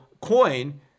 coin